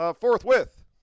forthwith